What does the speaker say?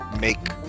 make